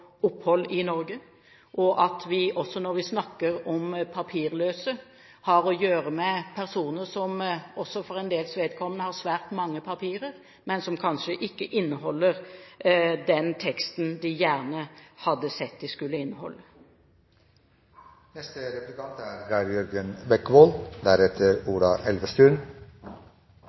opphold i Norge. Og når vi snakker om papirløse, har vi å gjøre med personer som for en dels vedkommende har svært mange papirer, papirer som kanskje ikke inneholder den teksten de gjerne hadde sett de skulle